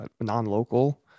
non-local